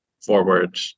forward